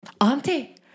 Auntie